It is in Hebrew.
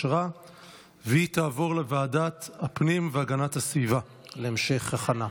והיא תעבור לוועדת הפנים והגנת הסביבה להמשך הכנה.